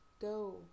go